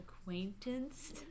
acquaintance